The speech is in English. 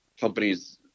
companies